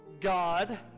God